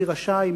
מי רשאי,